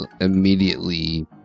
immediately